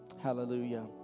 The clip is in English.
Hallelujah